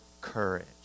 courage